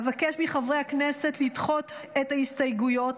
אבקש מחברי הכנסת לדחות את ההסתייגויות,